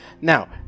now